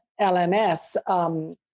LMS